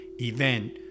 event